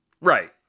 Right